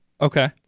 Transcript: Okay